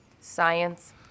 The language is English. Science